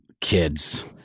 kids